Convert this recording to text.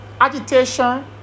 agitation